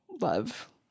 love